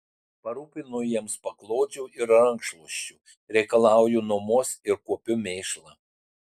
parūpinu jiems paklodžių ir rankšluosčių reikalauju nuomos ir kuopiu mėšlą